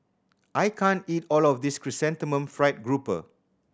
I can't eat all of this Chrysanthemum Fried Grouper